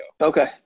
Okay